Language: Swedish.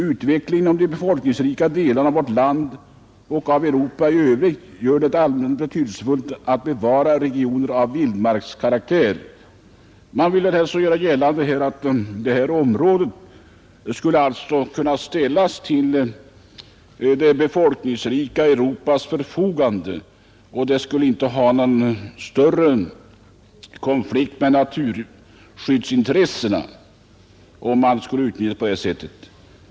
Utvecklingen inom de befolkningsrika delarna av vårt land och av Europa i övrigt gör det alltmera betydelsefullt att bevara regioner av vildmarkskaraktär.” Man vill alltså göra gällande att detta område skulle kunna ställas till det folkrika Europas förfogande och att man inte skulle råka i konflikt med naturskyddsintressena genom att utnyttja området på det sättet.